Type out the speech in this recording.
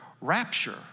rapture